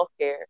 healthcare